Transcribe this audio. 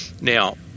Now